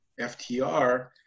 ftr